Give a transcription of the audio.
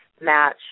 match